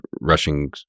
rushing